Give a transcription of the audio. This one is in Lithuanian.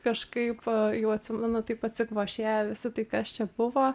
kažkaip jau atsimenu taip atsikvošėję visi tai kas čia buvo